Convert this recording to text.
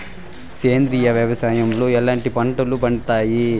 సేంద్రియ వ్యవసాయం లో ఎట్లాంటి పంటలు పండుతాయి